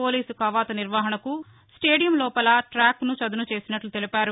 police కవాతు నిర్వహణకు stadium లోపల ట్రాక్ను చదును చేసినట్లు తెలిపారు